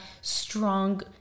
strong